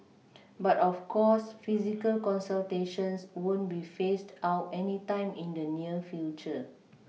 but of course physical consultations won't be phased out anytime in the near future